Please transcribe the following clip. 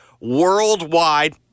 worldwide